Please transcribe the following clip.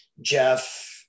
jeff